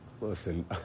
Listen